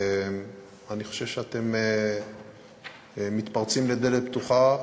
אני חושב שאתם מתפרצים לדלת פתוחה,